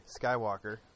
Skywalker